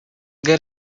get